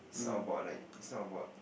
is not about like is not about